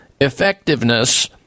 Effectiveness